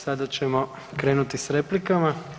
Sada ćemo krenuti s replikama.